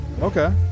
Okay